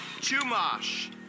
Chumash